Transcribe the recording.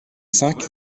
cinq